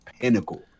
pinnacle